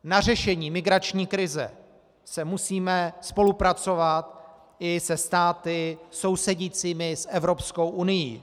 Na řešení migrační krize musíme spolupracovat i se státy sousedícími s Evropskou unií.